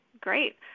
great